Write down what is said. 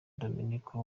dominique